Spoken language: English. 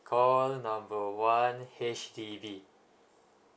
call number one H_D_B